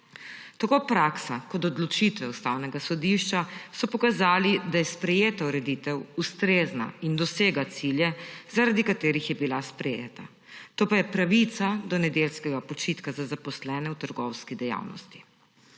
Tako praksa kot odločitev Ustavnega sodišča so pokazali, da je sprejeta ureditev ustrezna in dosega cilje, zaradi katerih je bila sprejeta. To pa je pravica do nedeljskega počitka za zaposlene v trgovski dejavnosti.